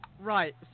right